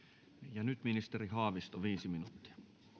ja nyt ministeri haavisto viisi minuuttia arvoisa